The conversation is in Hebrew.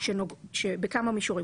בכמה מישורים.